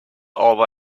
all